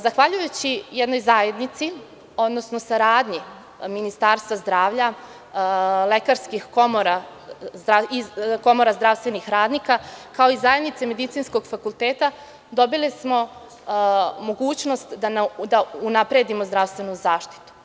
Zahvaljujući jednoj zajednici, odnosno saradnji Ministarstva zdravlja, komora zdravstvenih radnika, kao i zajednice medicinskog fakulteta, dobili smo mogućnost da unapredimo zdravstvenu zaštitu.